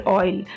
oil